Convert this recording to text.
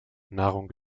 nahrung